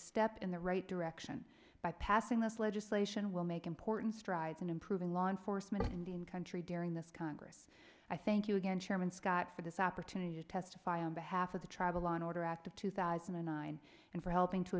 step in the right direction by passing this legislation will make important strides in improving law enforcement and in country during this congress i thank you again chairman scott for this opportunity to testify on behalf of the travel law and order act of two thousand and nine and for helping to